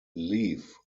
leave